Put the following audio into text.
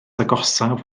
agosaf